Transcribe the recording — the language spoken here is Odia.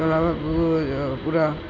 ଚଲାଇବାକୁ ପୁରା